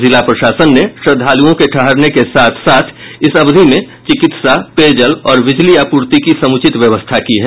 जिला प्रशासन ने श्रद्धालुओं के ठहरने के साथ साथ इस अवधि में चिकित्सा पेयजल और बिजली आपूर्ति की समुचित व्यवस्था की है